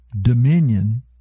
dominion